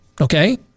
okay